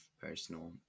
personal